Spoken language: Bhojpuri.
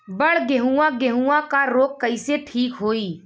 बड गेहूँवा गेहूँवा क रोग कईसे ठीक होई?